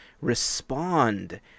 respond